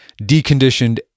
deconditioned